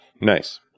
Nice